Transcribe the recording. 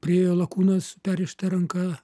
priėjo lakūnas perrišta ranka